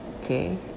Okay